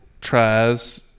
tries